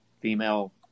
female